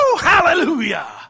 hallelujah